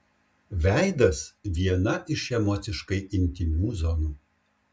veidas viena iš emociškai intymių zonų